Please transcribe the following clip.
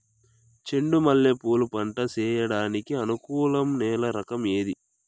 చెండు మల్లె పూలు పంట సేయడానికి అనుకూలం నేల రకం ఏది